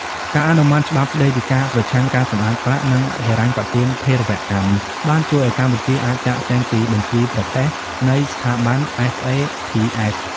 ការអនុម័តច្បាប់ស្ដីពីការប្រឆាំងការសម្អាតប្រាក់ និងហិរញ្ញប្បទានភេរវកម្ម បានជួយឱ្យកម្ពុជាអាចចាកចេញពី "បញ្ជីប្រផេះ" នៃស្ថាប័ន FATF។